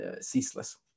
ceaseless